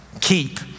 keep